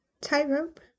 Tightrope